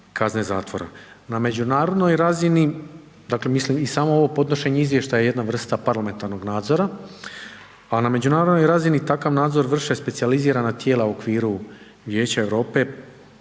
kazne zatvorom. Na međunarodnoj razini, dakle mislim i samo ovo podnošenje izvještaja je jedna vrsta parlamentarnoga nadzora, a na međunarodnoj razini takav nadzor vrše specijalizirana tijela u okviru Vijeća Europe